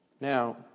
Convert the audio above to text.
now